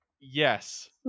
yes